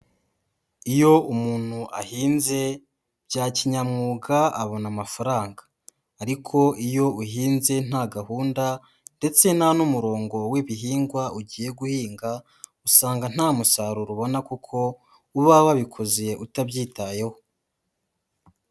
Iyo umuntu ahinze bya kinyamwuga abona amafaranga ariko iyo uhinze nta gahunda ndetse nta n'umurongo w'ibihingwa ugiye guhinga, usanga nta musaruro ubona kuko uba wabikoze utabyitayeho.